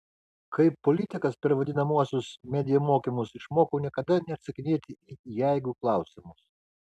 kaip politikas per vadinamuosius media mokymus išmokau niekada neatsakinėti į jeigu klausimus